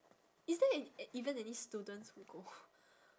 is there e~ even any students who go